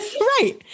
right